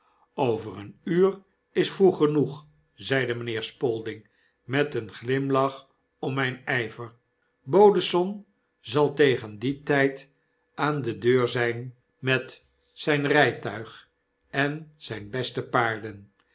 over een uur is vroeg genoeg zeide mynheer spalding met een glimlach om myn y ver bodesson zal tegen dien tjjd aan de deur zyn met zyn rntuig en zyne beste paarden